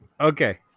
Okay